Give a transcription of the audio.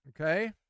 Okay